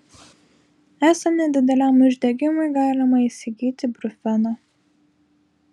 esant nedideliam uždegimui galima įsigyti brufeno